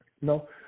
No